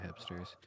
hipsters